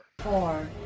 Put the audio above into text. Four